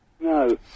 No